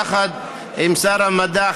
יחד עם שר המדע,